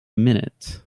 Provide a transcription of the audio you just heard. minute